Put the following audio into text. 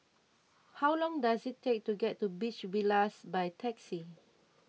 how long does it take to get to Beach Villas by taxi